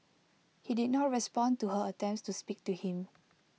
he did not respond to her attempts to speak to him